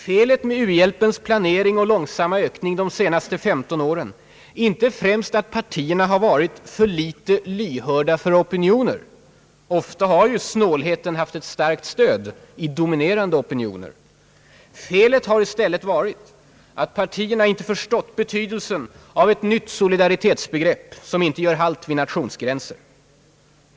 Felet med u-hjälpens planering och långsamma ökning de senaste 15 åren är inte främst att partierna varit för litet lyhörda för opinioner — ofta har ju snålheten haft ett starkt stöd i dominerande opinioner. Felet har i stället varit att partierna inte förstått betydelsen av ett nytt solidaritetsbegrepp som inte gör halt vid nationsgränser.